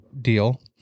deal